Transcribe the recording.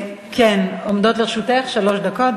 עומדות לרשותך שלוש דקות.